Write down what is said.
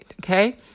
okay